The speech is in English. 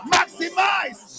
Maximize